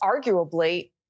arguably